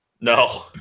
No